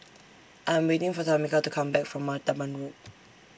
I Am waiting For Tamika to Come Back from Martaban Road